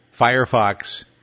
Firefox